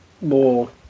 more